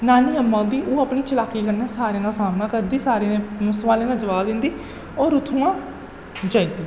नानी अम्मा होंदी ओह् अपनी चलाकी कन्नै सारें दा सामना करदी सारें सवालें दा जवाब दिंदी होर उत्थुआं चली जंदी